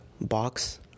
Box